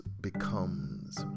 becomes